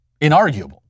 inarguable